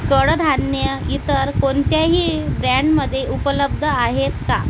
कडधान्यं इतर कोणत्याही ब्रँडमध्ये उपलब्ध आहेत का